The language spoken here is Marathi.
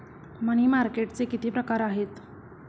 मनी मार्केटचे किती प्रकार आहेत?